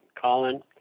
Colin